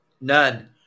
none